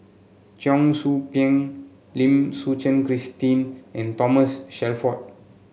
Cheong Soo Pieng Lim Suchen Christine and Thomas Shelford